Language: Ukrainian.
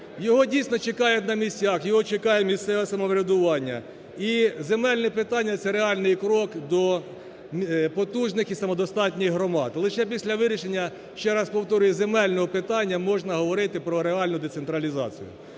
Його, дійсно, чекають на місцях, його чекає місцеве самоврядування. І земельне питання – це реальний крок до потужних і самодостатніх громад. Лише після вирішення, ще раз повторюю, земельного питання можна говорити про реальну децентралізацію.